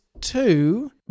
two